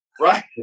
right